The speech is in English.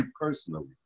personally